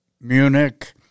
Munich